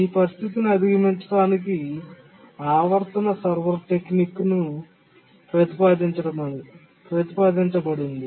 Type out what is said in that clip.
ఈ పరిస్థితిని అధిగమించడానికి ఆవర్తన సర్వర్ టెక్నిక్ ప్రతిపాదించబడింది